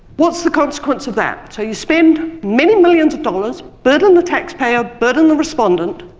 what's the consequence of that? so you spend many millions of dollars, burden the taxpayers, burden the respondent.